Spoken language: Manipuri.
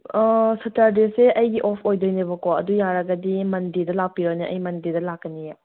ꯁꯦꯇꯥꯔꯗꯦꯁꯦ ꯑꯩꯒꯤ ꯑꯣꯐ ꯑꯣꯏꯗꯣꯏꯅꯦꯕꯀꯣ ꯑꯗꯨ ꯌꯥꯔꯒꯗꯤ ꯃꯣꯟꯗꯦꯗ ꯂꯥꯛꯄꯤꯔꯣꯅꯦ ꯑꯩ ꯃꯣꯟꯗꯦꯗ ꯂꯥꯛꯀꯅꯤꯌꯦ